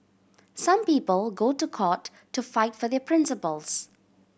some people go to court to fight for their principles